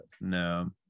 No